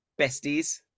besties